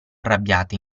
arrabbiate